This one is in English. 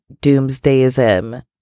doomsdayism